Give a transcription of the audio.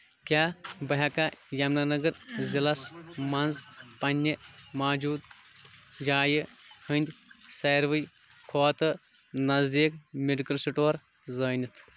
کیٛاہ بہٕ ہیٚکا یَمنا نَگر ضلعس مَنٛز پننہِ موجوٗدٕ جایہِ ہٕنٛدۍ ساروِی کھۄتہٕ نزدیٖک میڈکل سٹور زٲنِتھ